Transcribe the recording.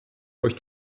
euch